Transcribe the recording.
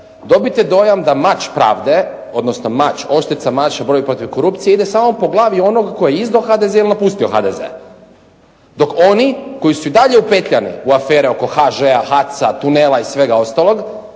dobite dojam da mač pravde, odnosno mač, oštrica mača u borbi protiv korupcije ide samo po glavi onog tko je izdao HDZ ili napustio HDZ. Dok oni koji su i dalje upetljani u afere oko HŽ-a, HAC-a, tunela i svega ostalog,